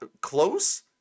close